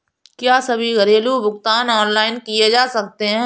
क्या सभी घरेलू भुगतान ऑनलाइन किए जा सकते हैं?